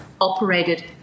operated